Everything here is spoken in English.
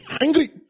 angry